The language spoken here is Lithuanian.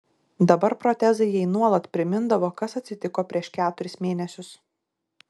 dabar protezai jai nuolat primindavo kas atsitiko prieš keturis mėnesius